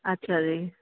ਅੱਛਾ ਜੀ